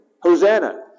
Hosanna